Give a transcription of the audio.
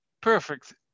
perfect